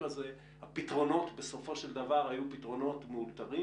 הזה הפתרונות בסופו של דבר היו פתרונות מאולתרים,